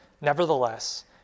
Nevertheless